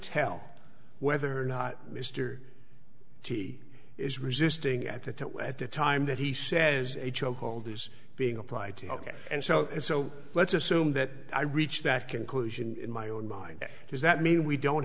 tell whether or not mr t is resisting at that way at the time that he says a chokehold is being applied to ok and so and so let's assume that i reach that conclusion in my own mind does that mean we don't